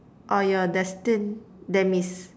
or your destined demise